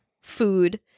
food